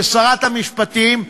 ששרת המשפטים,